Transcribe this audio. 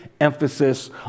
emphasis